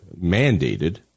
mandated